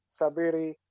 Sabiri